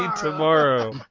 tomorrow